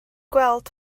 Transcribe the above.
gweld